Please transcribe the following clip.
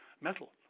metal